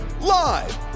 live